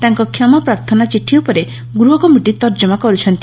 ତାଙ୍କ କ୍ଷମା ପ୍ରାର୍ଥନା ଚିଠି ଉପରେ ଗୃହ କମିଟି ତର୍ଜମା କର୍ସଛନ୍ତି